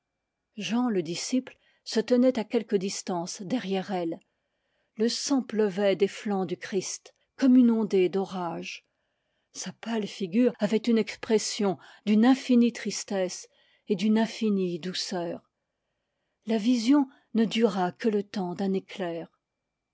jean le disciple se tenait à quelque distance derrière elles le sang pleuvait des flancs du christ comme une ondée d'orage sa pâle figure avait une expression d'une infinie tristesse et d'une infinie douceur la vision ne dura que le temps d'un éclair